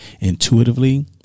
intuitively